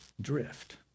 drift